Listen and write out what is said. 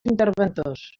interventors